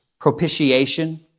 propitiation